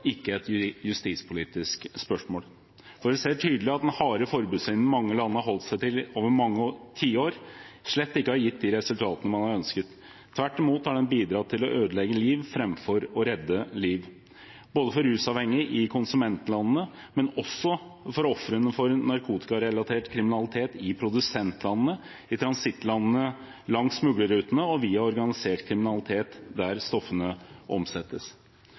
ikke et justispolitisk spørsmål, for vi ser tydelig at den harde forbudslinjen mange land har holdt seg til over mange tiår, slett ikke har gitt de resultatene man har ønsket. Tvert imot har den bidratt til å ødelegge liv framfor å redde liv – for rusavhengige i konsumentlandene, men også for ofrene for narkotikarelatert kriminalitet i produsentlandene, i transittlandene langs smuglerrutene og via organisert kriminalitet der stoffene omsettes.